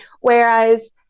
whereas